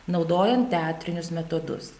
naudojant teatrinius metodus